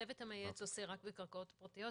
הצוות המייעץ עושה רק בקרקעות פרטיות.